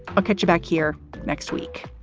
i'll catch you back here next week